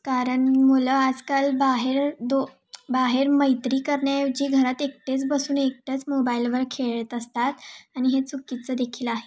कारण मुलं आजकाल बाहेर दो बाहेर मैत्री करण्याऐवजी घरात एकटेच बसून एकटेच मोबाईलवर खेळत असतात आणि हे चुकीचं देखील आहे